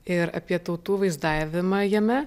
ir apie tautų vaizdavimą jame